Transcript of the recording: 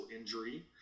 injury